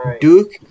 Duke